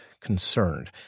concerned